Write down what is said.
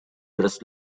dressed